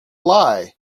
lie